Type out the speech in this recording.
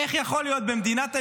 איך יכול להיות במדינת היהודים,